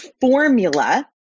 formula